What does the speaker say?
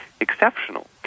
exceptional